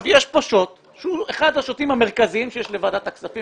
יש כאן שוט שהוא אחד השוטים המרכזיים שיש לוועדת הכספים